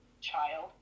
child